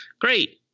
great